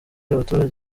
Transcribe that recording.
abaturage